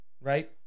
right